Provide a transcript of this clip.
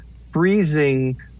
freezing